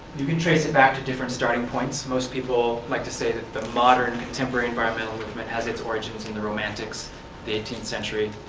you can trace that back to different starting points. most people like to say that the modern, contemporary environmental movement has its origins in the romantics of the eighteenth century.